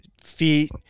feet